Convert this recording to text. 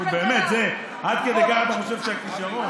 אבל מה המצב בכלכלה?